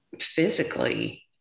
physically